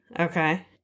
Okay